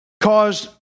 caused